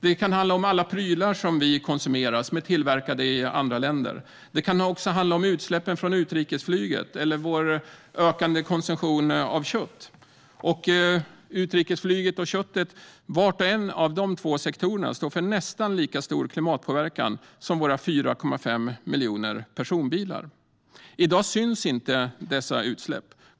Det kan gälla alla prylar som vi konsumerar och som är tillverkade i andra länder. Det kan även gälla utsläppen från utrikesflyget eller vår ökande konsumtion av kött. Var och en av sektorerna utrikesflyg och kött står för nästan lika stor klimatpåverkan som Sveriges 4,5 miljoner personbilar. I dag syns dessa utsläpp inte.